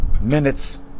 minutes